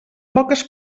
poques